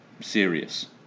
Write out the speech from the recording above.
serious